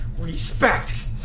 respect